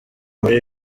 muri